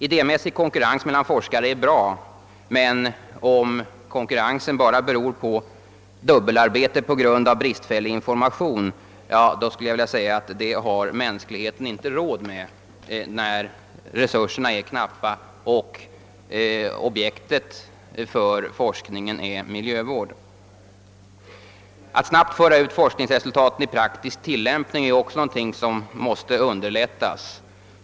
Idémässig konkurrens mellan forskare är bra, men om konkurrensen bara beror på dubbelarbete på grund av bristfällig ömsesidig information mellan forskarna, så skulle jag vilja säga att detta har mänskligheten inte råd med när resurserna är knappa och när objektet för forskningen är miljövård. Att snabbt föra ut forskningsresultaten i praktisk tillämpning är också någonting som måste underlättas.